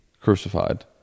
crucified